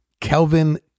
Kelvin